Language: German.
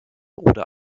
oder